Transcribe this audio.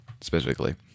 specifically